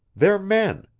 they're men.